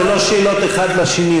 אלה לא שאלות אחד לשני,